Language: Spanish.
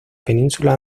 península